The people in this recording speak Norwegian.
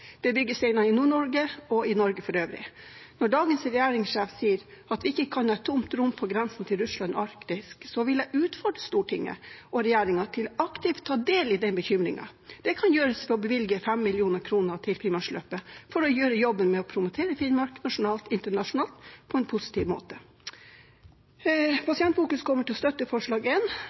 i Nord-Norge og i Norge for øvrig. Når dagens regjeringssjef sier at vi ikke kan ha et tomt rom på grensen til Russland og Arktis, vil jeg utfordre Stortinget og regjeringen til aktivt å ta del i den bekymringen. Det kan gjøres ved å bevilge 5 mill. kr til Finnmarksløpet for å gjøre jobben med å promotere Finnmark nasjonalt og internasjonalt på en positiv måte. Pasientfokus kommer til å støtte forslag